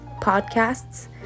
podcasts